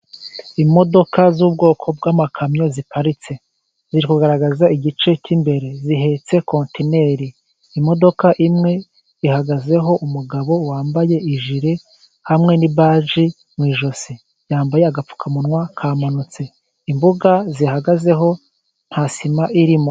Imodoka z'ubwoko bw'amakamyo ziparitse. Ziri kugaragaza igice cy'imbere, zihetse kontineri. Imodoka imwe ihagazeho umugabo wambaye ijire hamwe n'ibaji mu ijosi, yambaye agapfukamunwa kamanutse. Imbuga zihagazeho nta sima irimo.